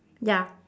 ya